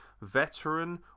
veteran